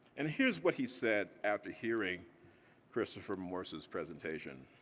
and here's what he said after hearing christopher morse's presentation.